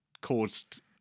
Caused